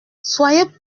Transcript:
soyez